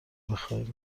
بخای